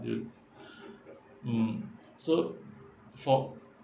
yup mm so for